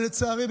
לצערי,